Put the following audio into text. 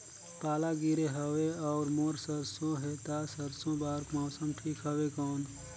पाला गिरे हवय अउर मोर सरसो हे ता सरसो बार मौसम ठीक हवे कौन?